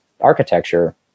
architecture